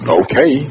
okay